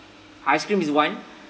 ice cream is one